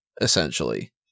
essentially